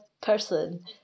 person